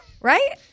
right